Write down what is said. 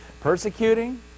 persecuting